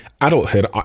adulthood